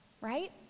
right